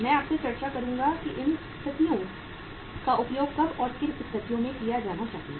मैं आपसे चर्चा करूंगा कि इन स्थितियों का उपयोग कब और किन स्थितियों में किया जाना चाहिए